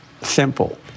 simple